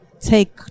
take